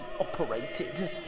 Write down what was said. operated